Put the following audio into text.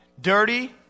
dirty